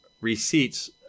receipts